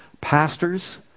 Pastors